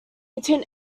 between